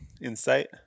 Insight